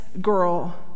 girl